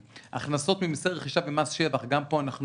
הכנסות ממיסי רכישה ומס שבח גם פה אנחנו